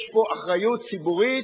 יש פה אחריות ציבורית,